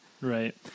right